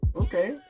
Okay